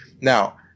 now